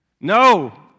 No